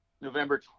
November